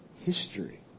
history